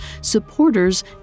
supporters